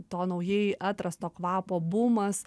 to naujai atrasto kvapo bumas